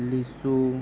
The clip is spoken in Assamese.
লিচু